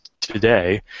today